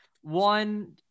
One